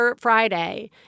Friday